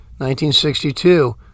1962